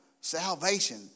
Salvation